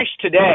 today